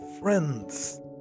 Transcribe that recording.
friends